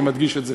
אני מדגיש את זה,